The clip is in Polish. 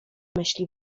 myśli